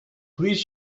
please